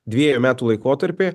dviejų metų laikotarpy